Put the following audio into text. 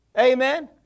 Amen